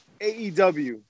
AEW